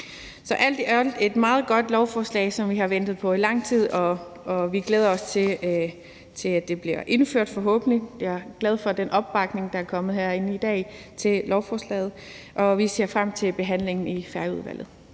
Så alt i alt er det et meget godt lovforslag, som vi har ventet på i lang tid, og vi glæder os til, at det forhåbentlig bliver indført. Jeg er glad for den opbakning, der er kommet til lovforslaget herinde i dag. Vi ser frem til behandlingen i Færøudvalget.